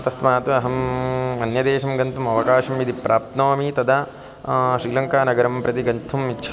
तस्मात् अहम् अन्यदेशं गन्तुम् अवकाशं यदि प्राप्नोमि तदा श्रीलङ्कानगरं प्रति गन्तुम् इच्छामि